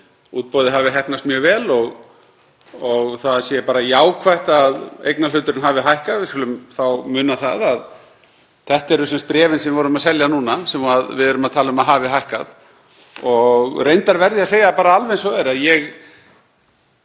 útboðið hafi heppnast mjög vel og það sé bara jákvætt að eignarhluturinn hafi hækkað. Við skulum muna að þetta eru bréfin sem við vorum að selja núna sem við erum að tala um að hafi hækkað. Reyndar verð ég að segja alveg eins og er að ég